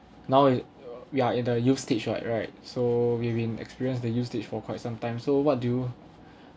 now we we are in the youth stage right right so we've been experience the youth stage for quite some time so what do you